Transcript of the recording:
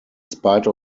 spite